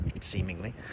seemingly